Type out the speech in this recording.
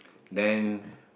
then